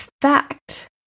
fact